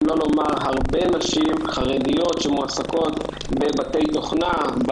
שלא לומר הרבה נשים חרדיות שמועסקות בבתי תוכנה.